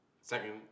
Second